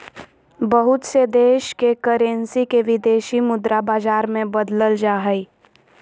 बहुत से देश के करेंसी के विदेशी मुद्रा बाजार मे बदलल जा हय